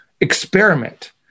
experiment